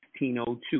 1602